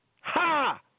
Ha